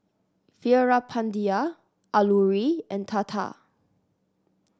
Veerapandiya Alluri and Tata